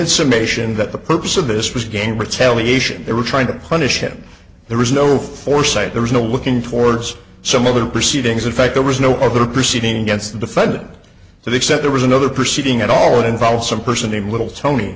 summation that the purpose of this was again retaliation they were trying to punish him there was no foresight there was no looking towards some other proceedings in fact there was no other proceeding against the defendant so they said there was another proceeding at all involved some person a little tony